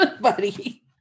buddy